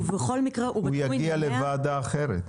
הוא יגיע לוועדה אחרת.